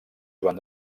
joan